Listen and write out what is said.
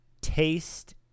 taste